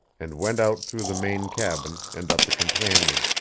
and went out through the main cabin, and up the companion.